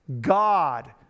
God